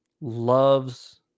loves